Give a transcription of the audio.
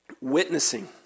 witnessing